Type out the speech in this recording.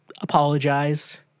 apologize